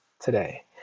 today